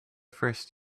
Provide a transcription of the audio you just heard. first